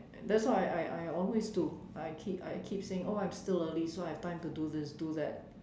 that's what I I I always do I keep I keep saying oh I'm still early so I have time to do this do that